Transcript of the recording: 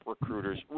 recruiters